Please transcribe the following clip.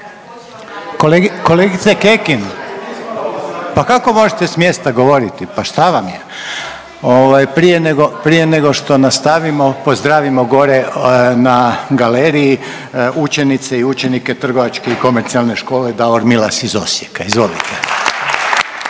Kolegice Kekin pa kako možete s mjesta govoriti? Pa šta vam je? Ovaj prije nego što nastavimo pozdravimo gore na galeriji učenice i učenike Trgovačke i komercijalne škole Davor Milas iz Osijeka. Izvolite.